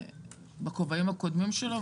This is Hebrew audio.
בכובעים הקודמים שלו,